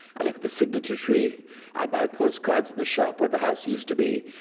i look at the signature tree i buy postcards in the shop where the house used to be.